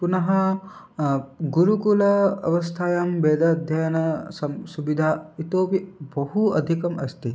पुनः गुरुकुल अवस्थायां वेदाध्ययनस्य सा सुविधा इतोऽपि बहु अधिका अस्ति